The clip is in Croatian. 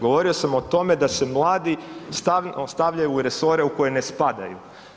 Govorio sam o tome da se mladi ostavljaju u resore u koje ne spadaju.